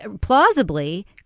plausibly